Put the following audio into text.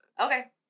Okay